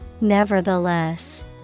Nevertheless